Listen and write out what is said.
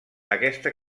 aquesta